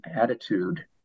attitude